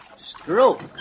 Stroke